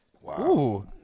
Wow